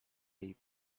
jej